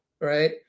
right